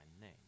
name